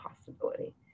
possibility